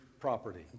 property